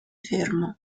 fermo